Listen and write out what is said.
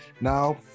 Now